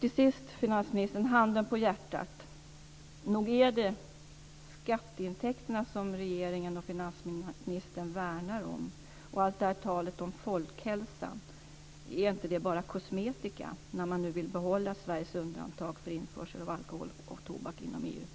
Till sist, finansministern, handen på hjärtat, nog är det skatteintäkterna som regeringen och finansministern värnar om? Detta tal om folkhälsan, är inte det bara kosmetika när man nu vill behålla Sveriges undantag för införsel av alkohol och tobak inom EU?